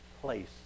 place